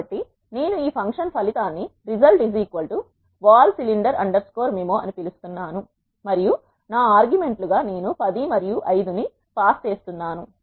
కాబట్టి నేను ఈ ఫంక్షన్ ఫలితాన్ని resultvolcylinder mimo అని పిలుస్తున్నాను మరియు నా ఆర్గ్యుమెంట్లుగా నేను 10 మరియు 5 ని పాస్ చేస్తున్నాను